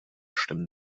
stimmen